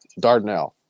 Dardanelle